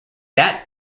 that